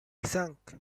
cinq